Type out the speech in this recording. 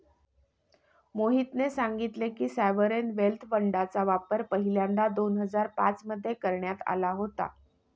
मोहितने सांगितले की, सॉवरेन वेल्थ फंडचा वापर पहिल्यांदा दोन हजार पाच मध्ये करण्यात आला होता